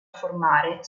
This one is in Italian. formare